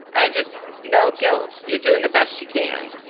i just know guilt. you're doing the best you can.